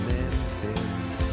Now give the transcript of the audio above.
Memphis